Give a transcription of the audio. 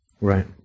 Right